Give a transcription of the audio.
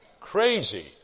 Crazy